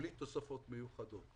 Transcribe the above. בלי תוספות מיוחדות.